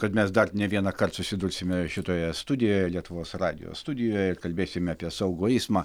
kad mes dar ne vienąkart susidursime šitoje studijoje lietuvos radijo studijoje kalbėsime apie saugų eismą